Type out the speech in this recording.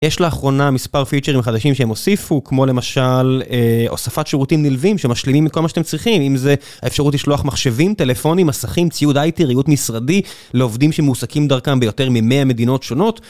יש לאחרונה מספר פייצ'רים חדשים שהם הוסיפו, כמו למשל הוספת שירותים נלווים שמשלימים מכל מה שאתם צריכים. אם זה האפשרות לשלוח מחשבים, טלפונים, מסכים, ציוד IT, ראיות משרדי, לעובדים שמעוסקים דרכם ביותר ממאה מדינות שונות.